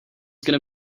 gonna